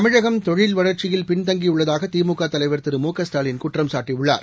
தமிழகம் தொழில் வளர்ச்சியில் பின்தங்கியுள்ளதாகதிமுகதலைவர் திரு மு க ஸ்டாலின் குற்றம்சாட்டியுள்ளார்